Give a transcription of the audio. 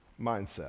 mindset